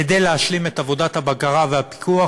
כדי להשלים את עבודת הבקרה והפיקוח,